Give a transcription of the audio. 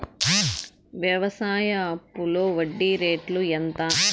వ్యవసాయ అప్పులో వడ్డీ రేట్లు ఎంత?